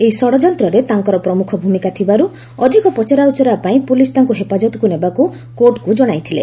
ଏହି ଷଡ଼ଯନ୍ତ୍ରରେ ତାଙ୍କର ପ୍ରମୁଖ ଭୂମିକା ଥିବାରୁ ଅଧିକ ପଚରା ଉଚରା ପାଇଁ ପୁଲିସ୍ ତାଙ୍କୁ ହେପାଜତକୁ ନେବାକୁ କୋର୍ଟଙ୍କୁ ଜଣାଇଥିଲେ